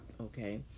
okay